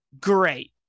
great